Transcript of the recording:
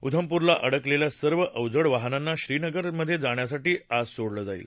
उधमपूरला अडकलेल्या सर्व अवजड वाहनांना श्रीनगरला जाण्यासाठी आज सोडलं जाईल